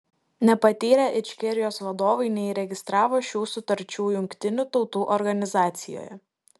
nepatyrę ičkerijos vadovai neįregistravo šių sutarčių jungtinių tautų organizacijoje